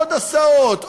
עוד הסעות,